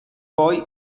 poi